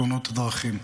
תאונות הדרכים.